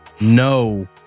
no